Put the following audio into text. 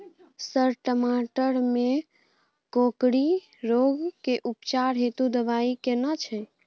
Sir टमाटर में कोकरि रोग के उपचार हेतु दवाई केना छैय?